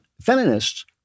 feminists